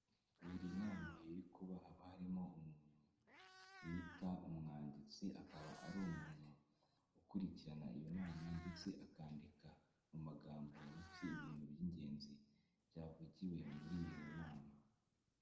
Buri nama iri kuba haba harimo umuntu bita umwanditsi, akaba ari umuntu ukurikirana iyo nama, ndetse akandika mu magambo make ibintu by'ingenzi byavugiwe muri iyo nama.